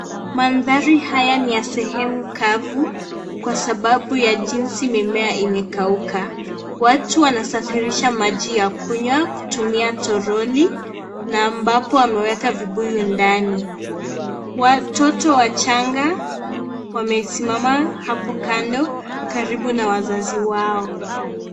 Manthari haya ni ya sehemu kavu, kwa sababu ya jinsi mimea imekauka. Watu wanasafirisha maji ya kunywa kupitia toroni na ambapo wameweka vibuyu ndani. Watoto wachanga wamesimama kando karibu na wazazi wao.